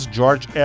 George